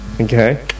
Okay